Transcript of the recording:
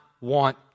want